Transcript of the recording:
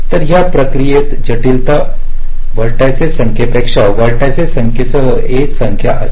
तर या प्रक्रियेची जटिलता व्हर्टिसिस संख्येपेक्षा व्हर्टिसिस संख्येसह एज संख्या असेल